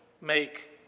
make